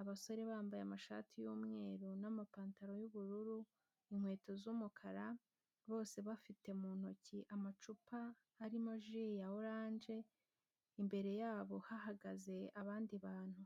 abasore bambaye amashati y'umweru n'amapantaro y'ubururu, inkweto z'umukara, bose bafite mu ntoki amacupa harimo jus ya orange, imbere yabo hahagaze abandi bantu.